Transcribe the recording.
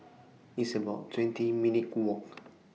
It's about twenty minutes' Walk